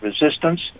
resistance